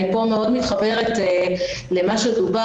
אני פה מתחברת מאוד אל מה שדובר,